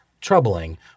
troubling